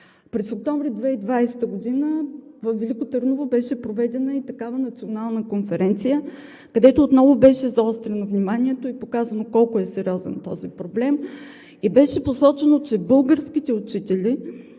През октомври 2020 г. във Велико Търново беше проведена такава Национална конференция, където отново беше заострено вниманието и показано колко е сериозен този проблем. Беше посочено, че българските учители